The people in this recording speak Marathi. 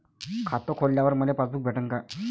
खातं खोलल्यावर मले पासबुक भेटन का?